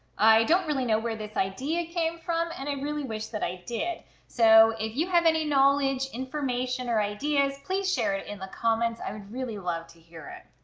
i don't really know where this idea came from and i really wish that i did so if you have any knowledge, information, or ideas please share it in the comments. i would really love to hear it.